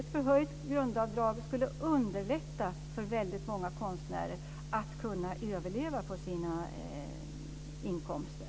Ett höjt grundavdrag skulle underlätta för många konstnärer att överleva på sina inkomster.